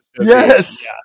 Yes